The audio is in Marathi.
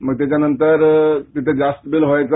मग त्याच्यानंतर तेथे जास्त बिल व्हायचा